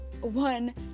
one